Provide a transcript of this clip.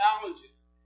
challenges